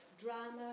drama